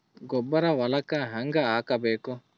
ಗೊಬ್ಬರ ಹೊಲಕ್ಕ ಹಂಗ್ ಹಾಕಬೇಕು?